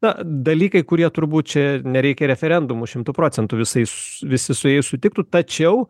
na dalykai kurie turbūt čia nereikia referendumų šimtu procentų visais visi su jais sutiktų tačiau